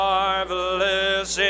marvelous